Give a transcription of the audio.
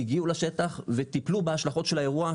הגיעו לשטח וטיפלו בהשלכות שלה האירוע,